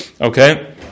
Okay